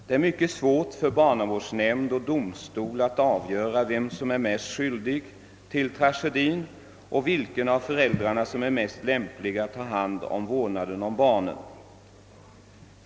Det är mycket svårt för barnavårds nämnd och domstol att avgöra vem som är mest skyldig till tragedin och vilken av föräldrarna som är mest lämplig att ha vårdnaden om barnet.